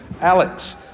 Alex